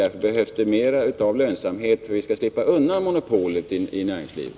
Därför behövs det också mer av lönsamhet, så att vi kan undvika att få större inslag av monopol inom näringslivet.